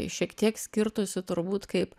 šiek tiek skirtųsi turbūt kaip